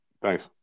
Thanks